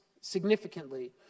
significantly